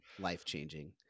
life-changing